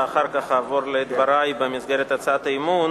ואחר כך אעבור לדברי במסגרת הצעת האי-אמון.